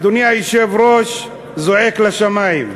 אדוני היושב-ראש, זועק לשמים.